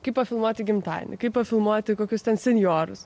kaip pafilmuoti gimtadienį kaip pafilmuoti kokius ten senjorus